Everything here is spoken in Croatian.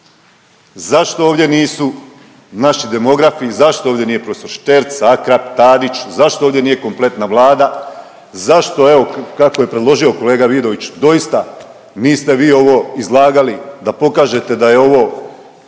Zašto ovdje nisu naši demografi, zašto ovdje nije prof. Šterc, Akrap, Tadić, zašto ovdje nije kompletna Vlada, zašto evo kako je predložio kolega Vidović, doista niste vi ovo izlagali da pokažete da je ovo